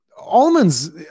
almonds